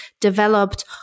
developed